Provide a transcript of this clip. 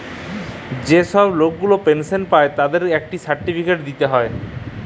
যে ছব লক গুলা পেলশল পায় ইকট সার্টিফিকেট দিতে হ্যয়